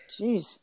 Jeez